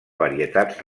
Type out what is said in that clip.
varietats